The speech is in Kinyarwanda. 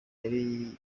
yari